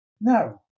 no